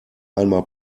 einmal